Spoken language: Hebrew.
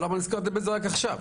אבל למה נזכרתם בזה רק עכשיו?